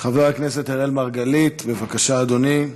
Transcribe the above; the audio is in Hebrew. חבר הכנסת אראל מרגלית, בבקשה, אדוני.